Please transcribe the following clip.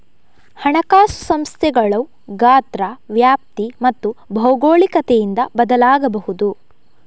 ಹಣಕಾಸು ಸಂಸ್ಥೆಗಳು ಗಾತ್ರ, ವ್ಯಾಪ್ತಿ ಮತ್ತು ಭೌಗೋಳಿಕತೆಯಿಂದ ಬದಲಾಗಬಹುದು